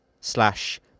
slash